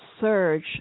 surge